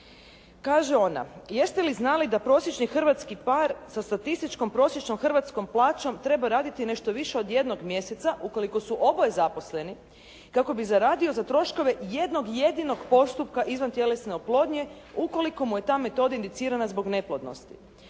Kaže ona: “Jeste li znali da prosječni hrvatski par sa statističkom prosječnom hrvatskom plaćom treba raditi nešto više od jednog mjeseca ukoliko su oboje zaposleni kako bi zaradio za troškove jednog jedinog postupka izvantjelesne oplodnje ukoliko mu je ta metoda indicirana zbog neplodnosti.